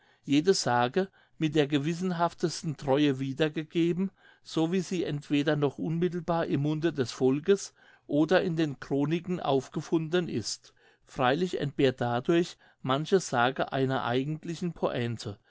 jede sage mit der gewissenhaftesten treue wiedergegeben so wie sie entweder noch unmittelbar im munde des volkes oder in den chroniken aufgefunden ist freilich entbehrt dadurch manche sage einer eigentlichen pointe